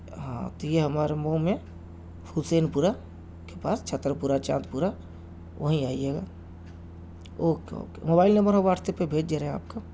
ہاں تو یہ ہمارا موم ہیں حُسین پورہ کے پاس چھتر پورہ چاند پورہ وہیں آیئے گا اوکے اوکے موبائل نمبر ہم واٹسایپ پر بھیج دے رہے ہیں آپ کو